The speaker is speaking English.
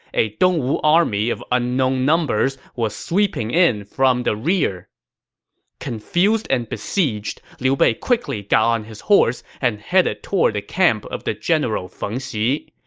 a dongwu army of unknown numbers was sweeping in from the rear confused and besieged, liu bei quickly got on his horse and headed toward the camp of the general feng xi,